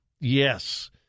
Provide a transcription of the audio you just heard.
Yes